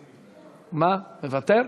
מוותר,